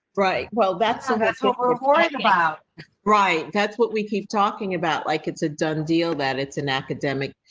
right, well, that's that's what we're worried about right? that's what we keep talking about. like, it's a done deal that it's an academic,